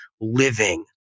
living